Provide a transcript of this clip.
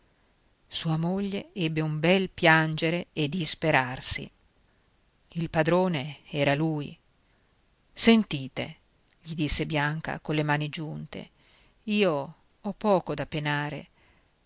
sua moglie ebbe un bel piangere e disperarsi il padrone era lui sentite gli disse bianca colle mani giunte io ho poco da penare